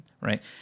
right